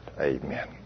Amen